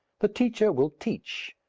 the teacher will teach,